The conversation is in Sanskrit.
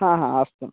हा हा अस्तु